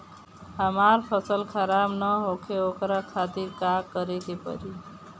हमर फसल खराब न होखे ओकरा खातिर का करे के परी?